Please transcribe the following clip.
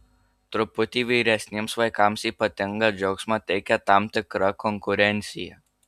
truputį vyresniems vaikams ypatingą džiaugsmą teikia tam tikra konkurencija